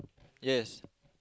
yes